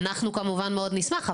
כמובן שאנחנו נשמח מאוד,